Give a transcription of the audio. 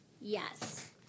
Yes